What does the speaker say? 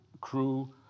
crew